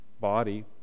body